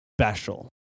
special